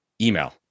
Email